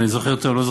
אני לא זוכר בדיוק,